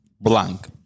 blank